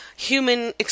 Human